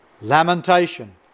lamentation